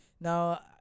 now